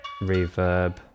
reverb